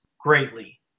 greatly